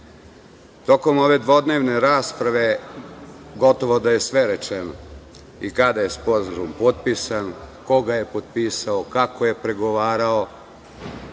Tokom ove dvodnevne rasprave, gotovo da je sve rečeno i kada je Sporazum potpisan, koga je potpisao, kako je pregovarao